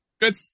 Good